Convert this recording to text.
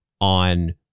on